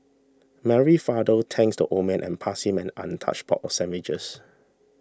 Mary's father thanks the old man and passed him an untouched box of sandwiches